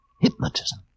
Hypnotism